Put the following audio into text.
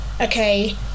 okay